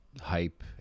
hype